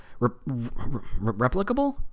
Replicable